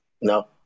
no